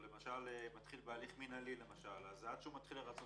מתחיל בהליך מנהלי אז עד שהוא מתחיל לרצות